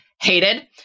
hated